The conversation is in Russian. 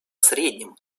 средним